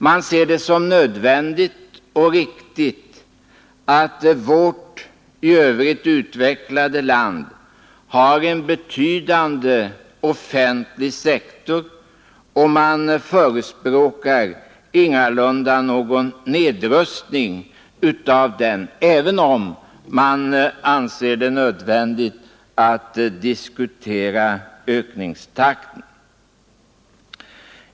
Man ser det som nödvändigt och riktigt att vårt i övrigt utvecklade land har en betydande offentlig sektor, och man förespråkar ingalunda någon nedrustning av den, även om man anser det behövligt att diskutera ökningstakten.